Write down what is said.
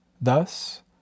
Thus